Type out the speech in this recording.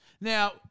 Now